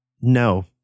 No